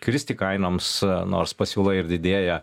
kristi kainoms nors pasiūla ir didėja